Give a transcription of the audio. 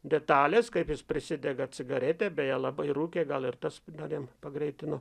detalės kaip jis prisidega cigaretę beje labai rūkė gal ir tas dar jam pagreitino